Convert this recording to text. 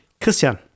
Christian